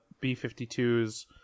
b-52s